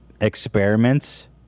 experiments